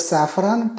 Saffron